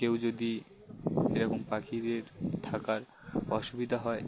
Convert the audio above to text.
কেউ যদি এরকম পাখিদের থাকার অসুবিধা হয়